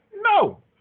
no